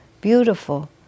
Beautiful